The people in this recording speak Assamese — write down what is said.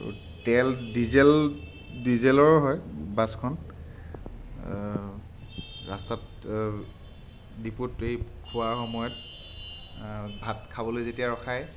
আৰু তেল ডিজেল ডিজেলৰ হয় বাছখন ৰাস্তাত ডিপুত এই খোৱাৰ সময়ত ভাত খাবলৈ যেতিয়া ৰখায়